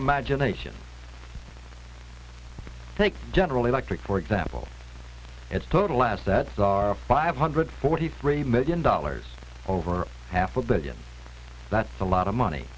imagination i think general electric for example its total assets are five hundred forty three million dollars over half a billion that's a lot of money